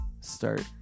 start